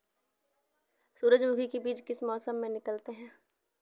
सूरजमुखी में बीज किस मौसम में निकलते हैं?